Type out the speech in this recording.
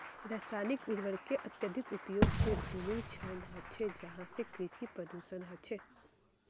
रासायनिक उर्वरकेर अत्यधिक उपयोग से भूमिर क्षरण ह छे जहासे कृषि प्रदूषण ह छे